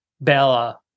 Bella